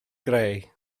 greu